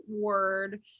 word